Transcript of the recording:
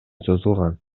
созулган